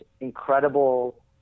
incredible